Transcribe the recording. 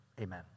amen